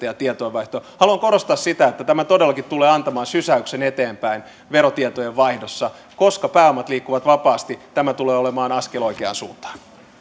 ja tietojenvaihtoa haluan korostaa sitä että tämä todellakin tulee antamaan sysäyksen eteenpäin verotietojen vaihdossa koska pääomat liikkuvat vapaasti tämä tulee olemaan askel oikeaan suuntaan